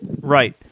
Right